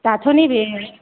दाथ' नैबे